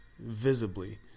visibly